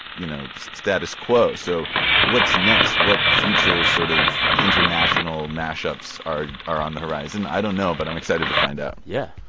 you know, status quo. so what's next? what future sort of international mashups are are on the horizon? i don't know. but i'm excited to find out yeah,